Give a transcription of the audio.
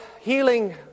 healing